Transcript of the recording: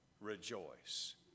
rejoice